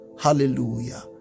Hallelujah